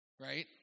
right